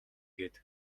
гээд